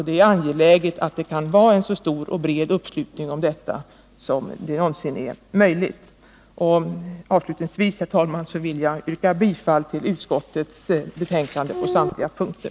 Det är angeläget att vi får en så stor och bred uppslutning kring detta som det någonsin är möjligt. Avslutningsvis, herr talman, vill jag yrka bifall till utskottets hemställan på samtliga punkter.